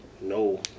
no